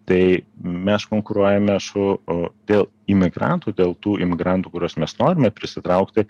tai mes konkuruojame su dėl imigrantų dėl tų imigrantų kuriuos mes norime prisitraukti